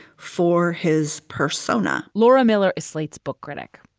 for his persona. laura miller is slate's book critic,